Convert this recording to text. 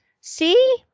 see